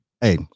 Hey